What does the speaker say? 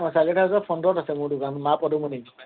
অঁ চাৰ্কিট হাউছৰ ফ্ৰণ্টত আছে মা পদুমণি